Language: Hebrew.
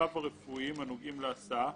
צרכיו הרפואיים הנוגעים להסעה,